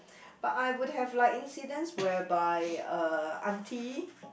but I would have like incidents whereby uh aunty